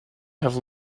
have